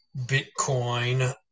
Bitcoin